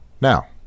Now